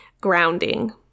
grounding